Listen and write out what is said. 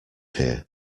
here